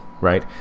right